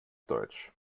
deutsch